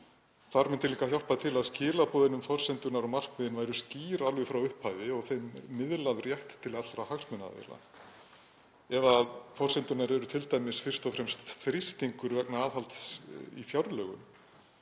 Þar myndi líka hjálpa til að skilaboðin um forsendurnar og markmiðin væru skýr alveg frá upphafi og þeim miðlað rétt til allra hagsmunaaðila. Ef forsendurnar eru t.d. fyrst og fremst þrýstingur vegna aðhalds í fjárlögum